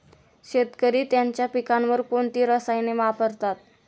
शेतकरी त्यांच्या पिकांवर कोणती रसायने वापरतात?